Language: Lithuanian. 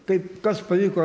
kaip kas paliko